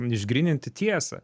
išgryninti tiesą